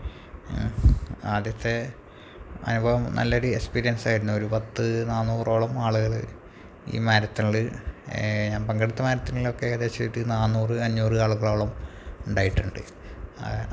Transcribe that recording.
ആദ്യത്തെ അനുഭവം നല്ലൊരു എസ്പീരിയൻസായിരുന്നു ഒര് പത്ത് നാന്നൂറോളം ആളുകള് ഈ മാരത്തണില് ഞാൻ പങ്കെടുത്ത മരത്തണിലൊക്കെ ഏകദേശം ഒരു നാന്നൂറ് അഞ്ഞൂറ് ആളുകളോളം ഉണ്ടായിട്ടുണ്ട്